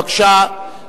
בבקשה,